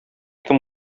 кем